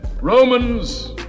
Romans